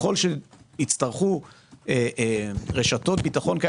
ככל שיצטרכו רשתות ביטחון.